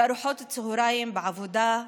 בארוחות צוהריים בעבודה,